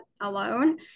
alone